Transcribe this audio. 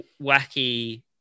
wacky